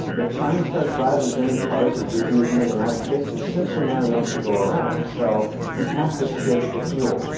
if china starts driving as many cars as we do here in the united states, there is simply not enough to go around. so we have to shift the fuel.